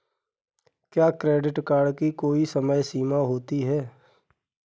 क्या credit card की कोई समय सीमा होती है?